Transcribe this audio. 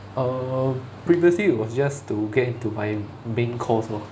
err previously it was just to get into my main course lor